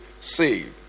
saved